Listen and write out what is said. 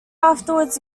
afterwards